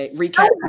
recap